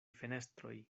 fenestroj